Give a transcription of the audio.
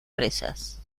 presas